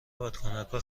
بادکنکا